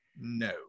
No